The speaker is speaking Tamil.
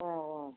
ம் ம்